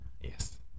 yes